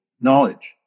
knowledge